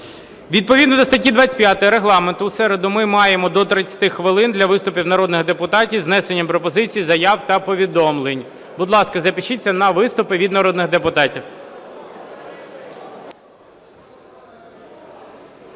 Відповідно до статті 25 Регламенту у середу ми маємо до 30 хвилин для виступів народних депутатів з внесенням пропозицій, заяв та повідомлень. Будь ласка, запишіться на виступи від народних депутатів.